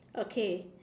okay